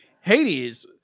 Hades